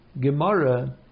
Gemara